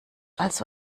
also